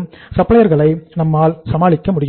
நம்மால் சமாளிக்க முடிகிறது